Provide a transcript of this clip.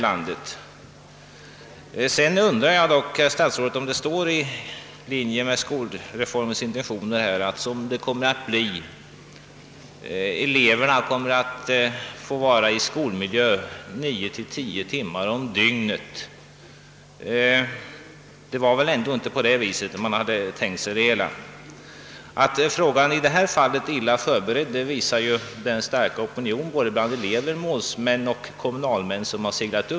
Vidare undrar jag, herr statsråd, om det ligger i linje med skolreformens intentioner att eleverna blir tvungna vistas i skolmiljö nio, tio timmar om dygnet. Det var väl ändå inte på det sättet vi hade tänkt oss skolreformen. Att saken är illa förberedd visar också den starka opinion bland elever, målsmän och kommunalmän som förmärkts på ort och ställe.